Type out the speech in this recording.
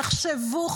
תחשבו,